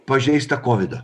pažeistą kovido